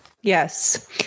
Yes